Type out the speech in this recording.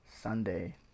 Sunday